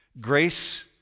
Grace